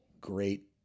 great